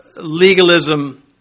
legalism